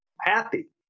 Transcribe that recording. happy